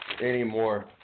anymore